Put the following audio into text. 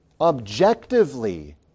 objectively